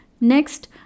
Next